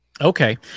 okay